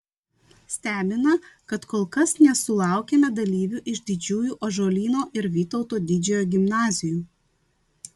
stebina kad kol kas nesulaukėme dalyvių iš didžiųjų ąžuolyno ir vytauto didžiojo gimnazijų